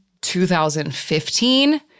2015